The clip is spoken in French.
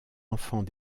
enfants